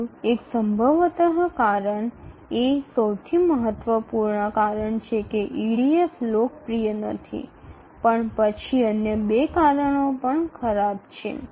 ત્રીજું એક સંભવત કારણ એ સૌથી મહત્વપૂર્ણ કારણ છે કે ઇડીએફ લોકપ્રિય નથી પણ પછી અન્ય ૨ કારણો પણ ખરાબ છે